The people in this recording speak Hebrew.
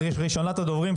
ראשונת הדוברים,